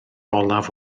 olaf